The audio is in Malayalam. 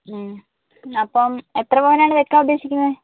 അപ്പം എത്ര പവനാണ് വയ്ക്കാൻ ഉദ്ദേശിക്കുന്നത്